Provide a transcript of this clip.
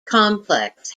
complex